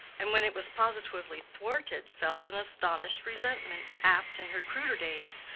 and when it was positively thwarted felt an astonished resentment apt, in her cruder days,